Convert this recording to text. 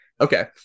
Okay